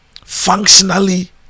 functionally